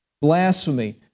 blasphemy